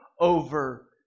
over